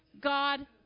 God